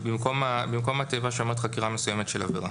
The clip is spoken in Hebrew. במקום התיבה שאומרת חקירה מסוימת של עבירה.